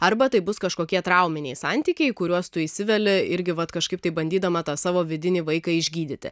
arba tai bus kažkokie trauminiai santykiaiį kuriuos tu įsiveli irgi vat kažkaip taip bandydama tą savo vidinį vaiką išgydyti